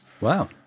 Wow